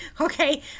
Okay